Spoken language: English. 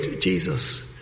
Jesus